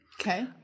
Okay